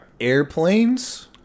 airplanes